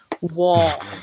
wall